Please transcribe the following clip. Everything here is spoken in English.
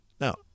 Now